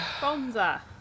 Bonza